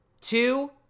two